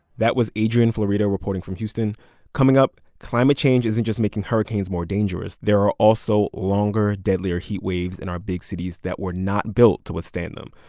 that was adrian florido reporting from houston coming up, climate change isn't just making hurricanes more dangerous. there are also longer, deadlier heat waves in our big cities that were not built to withstand them.